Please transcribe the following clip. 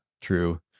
true